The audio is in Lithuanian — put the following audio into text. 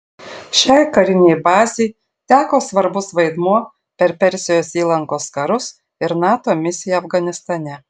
šiai karinei bazei teko svarbus vaidmuo per persijos įlankos karus ir nato misiją afganistane